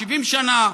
70 שנה,